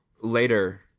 later